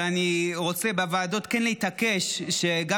אבל אני רוצה בוועדות כן להתעקש שגם